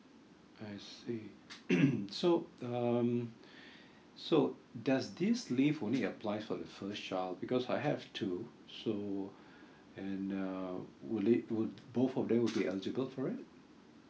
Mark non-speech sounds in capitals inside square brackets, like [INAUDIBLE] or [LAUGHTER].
I see [COUGHS] so um so does this leave only applies for the first child because I have two so and uh would it would both of them will be eligible for it